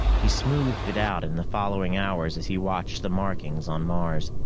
he smoothed it out in the following hours as he watched the markings on mars.